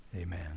Amen